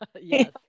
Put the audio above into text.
Yes